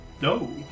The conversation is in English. No